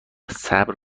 صبر